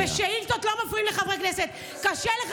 בשאילתות לא מפריעים לח"כים.